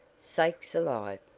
sakes alive!